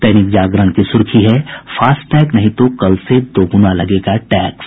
दैनिक जागरण की सुर्खी है फास्टैग नहीं तो कल से दोगुना लगेगा टैक्स